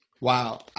Wow